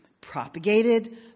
propagated